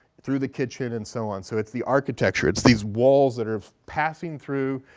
through the kitchen, and so on. so it's the architecture, it's these walls that are passing through,